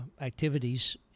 activities